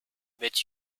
met